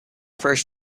first